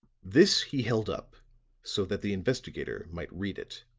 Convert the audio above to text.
this he held up so that the investigator might read it.